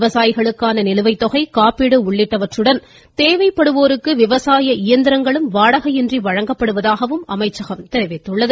விவசாயிகளுக்கான நிலுவைத் தொகை காப்பீடு உள்ளிட்டவற்றுடன் தேவைப்படுவோருக்கு விவசாய இயந்திரங்களும் வாடகையின்றி வழங்கப்படுவதாகவும் தெரிவிக்கப்பட்டுள்ளது